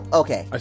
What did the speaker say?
okay